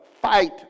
fight